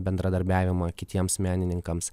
bendradarbiavimą kitiems menininkams